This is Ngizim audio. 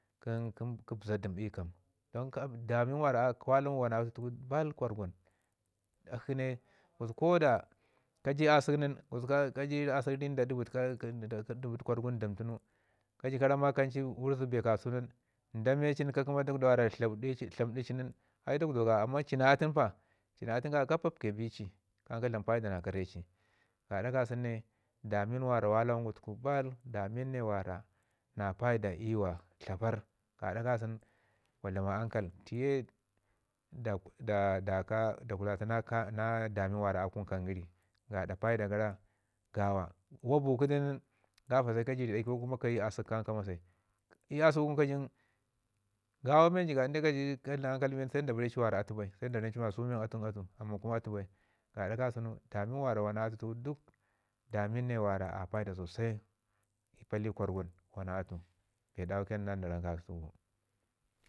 kən kə bəza dəm i pata. Damin wara kwa lawan wana atu tuku baal kwargun akshi ne gusku ko da ka ju ii asək ne ka ji asək ii ri nda ɗlbəd da kwargun dəm tuna ka ju ka ramma kancu wurzu bee kasau tunu, da me ci ka kəm dugwɗa wara tlaudi ci nin ai dagwdau gawa amma ci na atu nin ci na atun ka ya kan ka pap ke bi ci kan ka dlam paida na kare ci. Gaɗa ka su nu ne damin wa walangu tuku damin wara baal na paida ii wa tlaparr gada ka sunu wa dlama ankal ti ye da- da- daka da kulata na damin wara a kunu kaam gəri yaɗa paida yara gawa. Wa bukudu nin gafa se kayi ri dagai ko ka yi asək kayi kan ka masai. Ii asək ngum ka ju gawa nin ka dlam ankal si da ba ri ci wara atu bai sa dara mi ci ma su men atu ko ma atu bai. Gaɗa ka sunu damin wanda wana atu tuku damin ne wara a paida sosai ii paii kwargun wana atu, bee dawu ke nan nan na ramka sunu.